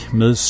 med